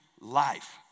life